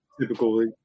typically